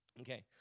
Okay